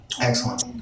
Excellent